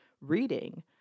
reading